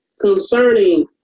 concerning